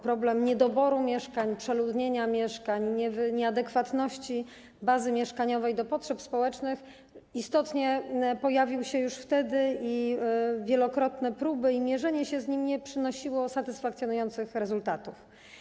Problem niedoboru mieszkań, przeludnienia mieszkań, nieadekwatności bazy mieszkaniowej do potrzeb społecznych istotnie pojawił się już wtedy i wielokrotne próby mierzenia się z nim nie przynosiły satysfakcjonujących rezultatów.